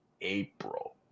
April